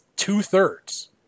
two-thirds